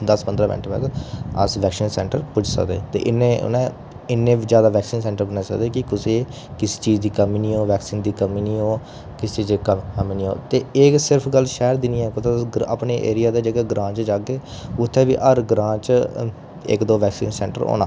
दस्स पंदरां मैंट तक अस वैक्सीनेशन सेंटर पुज्जी सकदे ते इन्नै उ'नें इन्नै ज़्यादा वैक्सीनेशन सेंटर बनाई सकदे कि कुसैई किसै चीज दी कमी नेई हो वैक्सीन दी कमी निं हो कि'सै चीजै दी कमी निं हो ते एह् सिर्फ गल्ल शैह्र दी निं ऐ कु'तै तुस अपने एरिये दे जेह्के ग्रांऽ च जाह्गे उत्थै बी हर इक ग्रांऽ च इक दो वैक्सीनेशन सेंटर होना